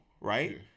right